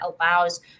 allows